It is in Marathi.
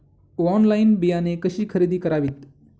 ऑनलाइन बियाणे कशी खरेदी करावीत?